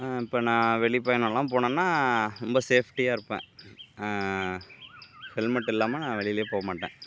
இப்போ நான் வெளி பயணலாம் போனேனா ரொம்ப சேஃப்ட்டியாக இருப்பேன் ஹெல்மெட் இல்லாமல் வெளிலேயே போக மாட்டேன்